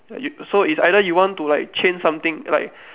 you so it's either you want to like change something like